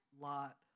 lot